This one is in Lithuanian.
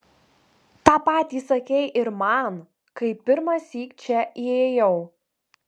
tą patį sakei ir man kai pirmąsyk čia įėjau